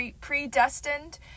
predestined